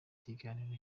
kiganiro